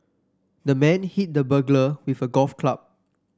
the man hit the burglar with a golf club